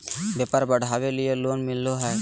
व्यापार बढ़ावे के लिए लोन मिलो है?